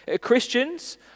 Christians